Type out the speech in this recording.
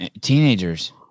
Teenagers